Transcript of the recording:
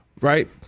right